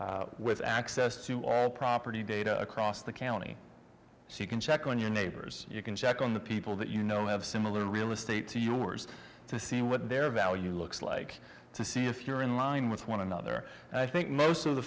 with access to all property data across the county so you can check on your neighbors you can check on the people that you know have similar in real estate to yours to see what their value looks like to see if you're in line with one another and i think most of the